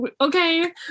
okay